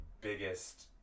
biggest